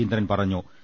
ശശീന്ദ്രൻ പറഞ്ഞു